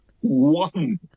one